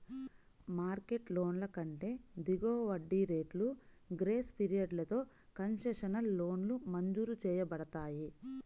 market లోన్ల కంటే దిగువ వడ్డీ రేట్లు, గ్రేస్ పీరియడ్లతో కన్సెషనల్ లోన్లు మంజూరు చేయబడతాయి